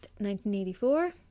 1984